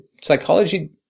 psychology